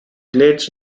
glades